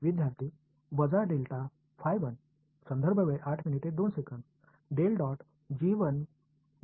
विद्यार्थी वजा delta phi 1